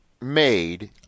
made